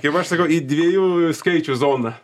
kaip aš sakau į dviejų skaičių zoną